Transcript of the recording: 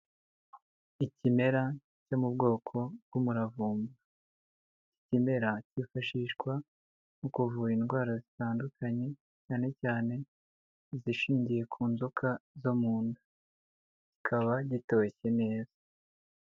Ikimera cyo mu bwoko bw'umuravumba, ikigemera cyifashishwa mu kuvura indwara zitandukanye, cyane cyane izishingiye ku nzoka zo mu nda, kikaba gitoshye neza.